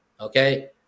okay